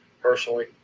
personally